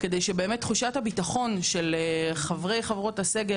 כדי שתחושת הביטחון של חברות וחברי הסגל